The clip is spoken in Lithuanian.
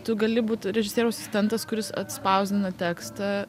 tu gali būti režisieriaus asistentas kuris atspausdina tekstą